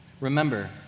Remember